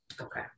Okay